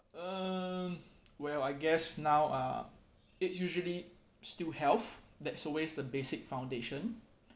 um where I'll guess now are is usually still healths that always the basic foundation